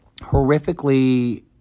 horrifically